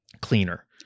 cleaner